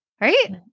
Right